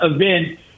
event